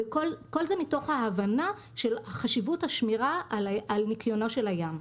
כל זה מתוך ההבנה של חשיבות השמירה על ניקיונו של הים.